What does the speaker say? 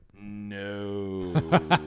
no